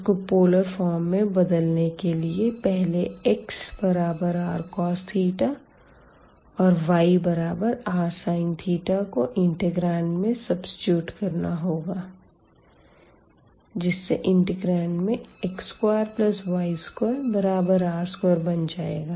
इसको polar form में बदलने के लिए पहले xrcos और yrsin को इंटीग्रांड में सब्सिट्यूट करना होगा जिससे इंटीग्रांड में x2y2r2 बन जाएगा